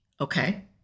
okay